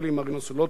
מרינה סולודקין,